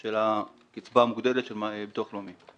של קצבה מוגדלת של הביטוח הלאומי,